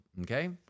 Okay